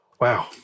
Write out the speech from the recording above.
wow